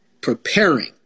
preparing